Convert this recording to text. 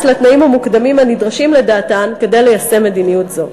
לתנאים המוקדמים הנדרשים לדעתן כדי ליישם מדיניות זו.